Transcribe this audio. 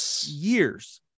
years